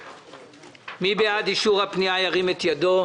מי בעד הפנייה, ירים את ידו.